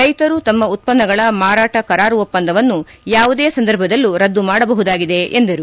ರೈತರು ತಮ್ಮ ಉತ್ಪನ್ನಗಳ ಮಾರಾಟ ಕರಾರು ಒಪ್ಪಂದವನ್ನು ಯಾವುದೇ ಸಂದರ್ಭದಲ್ಲೂ ರದ್ದು ಮಾಡಬಹುದಾಗಿದೆ ಎಂದರು